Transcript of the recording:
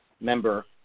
member